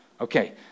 Okay